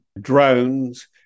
drones